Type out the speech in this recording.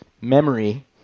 memory